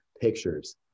pictures